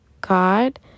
God